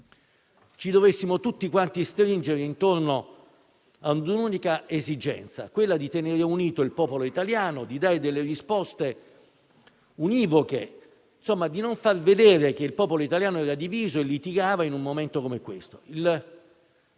ci dovessimo tutti quanti stringere intorno ad un'unica esigenza: tenere unito il popolo italiano, dare delle risposte univoche, insomma di non far vedere che il popolo italiano era diviso e litigava in un momento come questo.